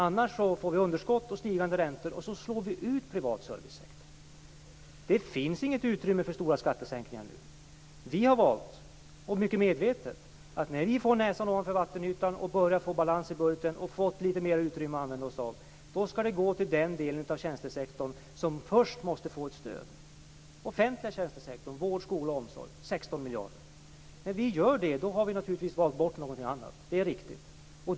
Annars får vi underskott och stigande räntor, och därmed slås den privata servicesektorn ut. Det finns inget utrymme för stora skattesänkningar nu. Vi har mycket medvetet valt att, när vi får näsan ovanför vattenytan och när vi börjar få balans i budgeten och får litet mer utrymme att använda oss av, låta det gå till den del av tjänstesektorn som först måste få ett stöd. Det gäller alltså den offentliga tjänstesektorn - vård, skola och omsorg - och de 16 miljarderna. När vi gör det har vi naturligtvis valt bort någonting annat; det är riktigt.